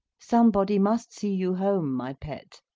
somebody must see you home, my pet.